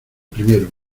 primero